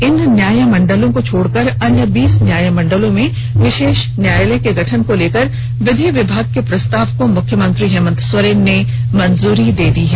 इन न्यायमंडलों को छोड़कर अन्य बीस न्यायमंडलों में विशेष न्यायालय के गठन को लेकर विधि विभाग के प्रस्ताव को मुख्यमंत्री हेमन्त सोरेन ने मंजूरी दे दी है